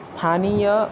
स्थानीय